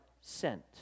sent